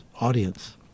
audience